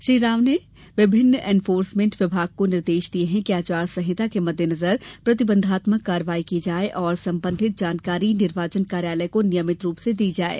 श्री राव ने विभिन्न एनफोर्समेंट विभाग को निर्देश दिये कि आचार संहिता के मद्देनजर प्रतिबंधात्मक कार्यवाही की जाये और संबंधित जानकारी निर्वाचन कार्यालय को नियमित रूप से दी जाये